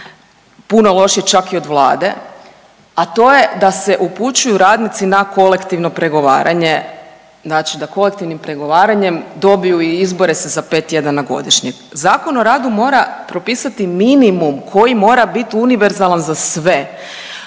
puno lošije je čak i od Vlade, a to je da se upućuju radnici na kolektivno pregovaranje. Znači da kolektivnim pregovaranjem dobiju i izbore se za 5 tjedana godišnjeg. Zakon o radu mora propisati minimum koji mora biti univerzalan za sve.